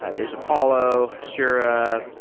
ah there's apollo, hasura,